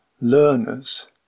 learners